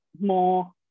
more